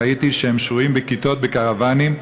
ראיתי שהם שוהים בכיתות בקרוונים,